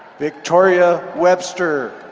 victoria webster.